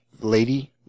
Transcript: Lady